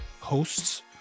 hosts